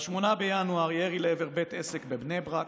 ב-8 בינואר: ירי לעבר בית עסק בבני ברק.